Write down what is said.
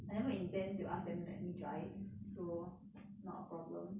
I never intend to ask them let me drive so not a problem